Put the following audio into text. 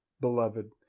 beloved